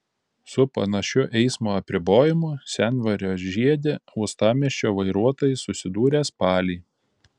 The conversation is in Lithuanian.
su panašiu eismo apribojimu sendvario žiede uostamiesčio vairuotojai susidūrė spalį